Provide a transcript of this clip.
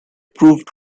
proved